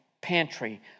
Pantry